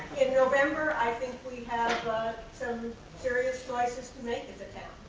november, i think we have some serious choices to make as a town.